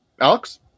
Alex